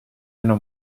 una